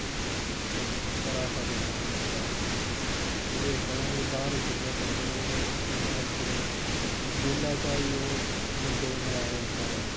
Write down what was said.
बड़ा खतरनाक बंदा ऐ ओह् ओह्दे पता नेईं बाहर कि'न्ने बंदे न ओह्दे उ'न्ने रक्खे दे जेला च ई ओह् बंदे गी मराई ओड़दा ऐ